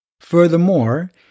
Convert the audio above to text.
Furthermore